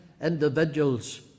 individuals